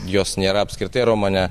jos nėra apskritai romane